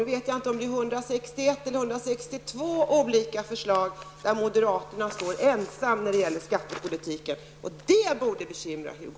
Nu vet jag inte om det är 161 eller 162 olika förslag som moderaterna står ensamma bakom när det gäller skattepolitiken. Och det borde bekymra Hugo